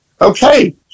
Okay